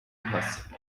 pass